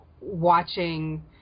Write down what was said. watching